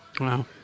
Wow